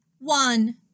One